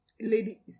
Lady